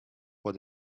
what